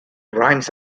rhymes